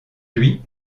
lui